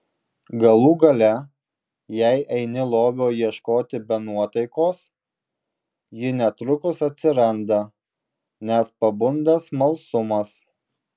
galų gale jei eini lobio ieškoti be nuotaikos ji netrukus atsiranda nes pabunda smalsumas